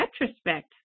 retrospect